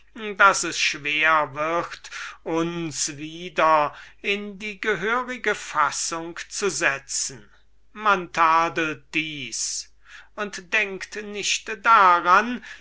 daß es ihm hernach sehr schwer wird uns wieder in die fassung zu setzen worin er uns haben möchte man tadelt das und denkt nicht daran